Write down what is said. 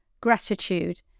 gratitude